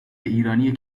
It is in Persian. ایرانی